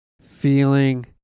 feeling